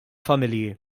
familji